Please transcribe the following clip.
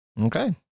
Okay